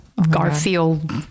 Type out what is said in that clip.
Garfield